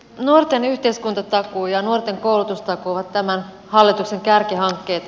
nuorten yhteiskuntatakuu ja nuorten koulutustakuu ovat tämän hallituksen kärkihankkeita